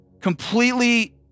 completely